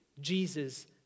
Jesus